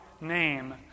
name